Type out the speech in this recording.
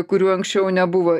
kurių anksčiau nebuvo